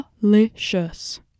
delicious